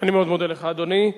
אני מאוד מודה לך, אדוני.